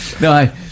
No